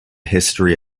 history